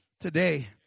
today